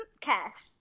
cash